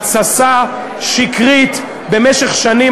התססה שקרית במשך שנים,